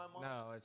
no